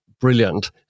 brilliant